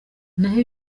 naho